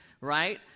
Right